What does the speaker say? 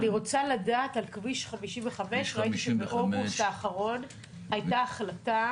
אני רוצה לדעת על כביש 55. ראיתי שבאוגוסט האחרון הייתה החלטה